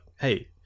hey